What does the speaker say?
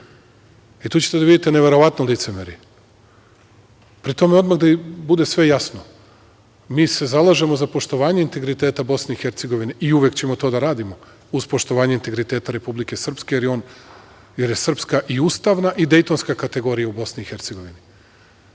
i tu ćete da vidite neverovatno licemerje. Pri tome, odmah da bude sve jasno, mi se zalažemo za poštovanje integriteta Bosne i Hercegovine i uvek ćemo to da radimo, uz poštovanje integriteta Republike Srpske, jer je Srpska i ustavna i Dejtonska kategorija u Bosni i Hercegovini.